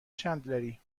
چندلری